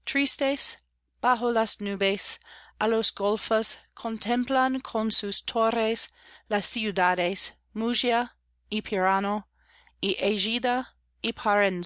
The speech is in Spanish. bajo las nubes á los golfos contemplan con sus torres las ciudades muggia